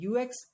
UX